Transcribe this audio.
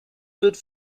wird